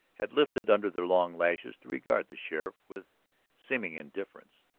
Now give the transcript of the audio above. had lifted under their long lashes to regard the sheriff with seeming indifference.